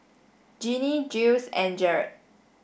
Ginny Jiles and Jarett